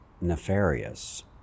nefarious